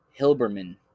Hilberman